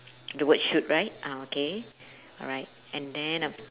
the word shoot right uh okay alright and then a